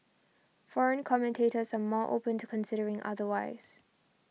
foreign commentators are more open to considering otherwise